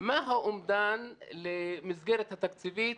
מה האומדן למסגרת התקציבית